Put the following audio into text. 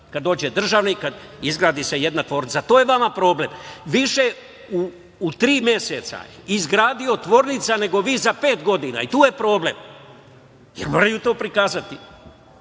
kada dođe državnik, kada se izgradi jedna tvornica. To je vama problem.U tri meseca izgradio je više tvornica nego vi za pet godina i tu je problem, jer moraju to prikazati.